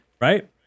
right